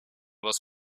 was